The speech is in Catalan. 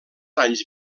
anys